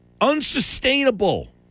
unsustainable